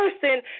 person